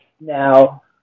now